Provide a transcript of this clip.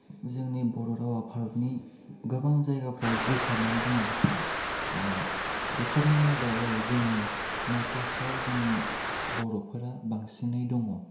जोंनि बर' रावआ भारतनि गोबां जायगाफ्राव गोसारनानै दङ बेफोरनि मादाव ओरै जोंनि नर्थ इस्टआव जोंनि बर'फोरा बांसिनै दङ